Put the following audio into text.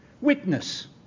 Witness